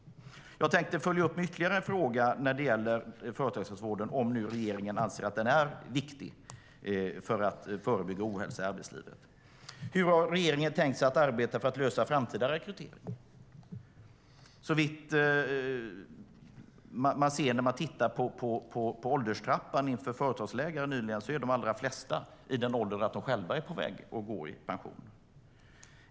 Jag ska följa upp med ytterligare en fråga om företagshälsovården, om nu regeringen tycker att den är viktig för att förebygga ohälsa i arbetslivet. Hur har regeringen tänkt arbeta för att lösa framtida rekryteringar? Att döma av ålderstrappan för företagsläkare är de flesta i den åldern att de är på väg att gå i pension.